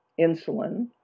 insulin